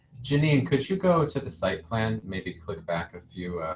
janine, could you go to the site plan, maybe click back a few